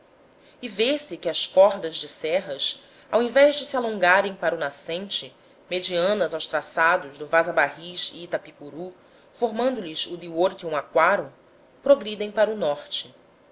vê-se que as cordas de serras ao invés de se alongarem para o nascente medianas aos traçados do vaza barris e itapicuru formando lhes o divortium aquarum progridem para o norte